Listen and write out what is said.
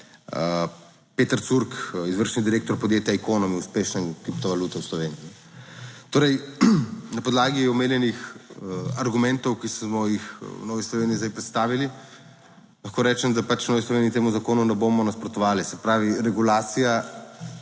Peter Curk, izvršni direktor podjetja Ikonam, uspešen kriptovalute v Sloveniji. Torej, na podlagi omenjenih argumentov, ki smo jih v Novi Sloveniji zdaj predstavili, lahko rečem, da pač v Novi Sloveniji temu zakonu ne bomo nasprotovali. Se pravi, regulacija